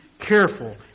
careful